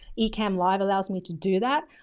ecamm live allows me to do that.